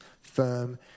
firm